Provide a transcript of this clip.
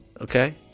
Okay